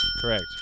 Correct